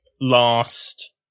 last